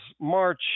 March